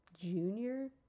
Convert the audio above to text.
junior